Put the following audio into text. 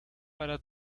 para